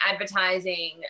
advertising